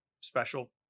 special